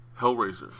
Hellraiser